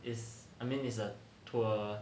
is I mean is a tour